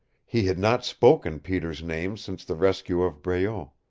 he had not spoken peter's name since the rescue of breault.